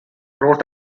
wrote